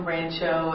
Rancho